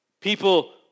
People